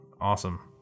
Awesome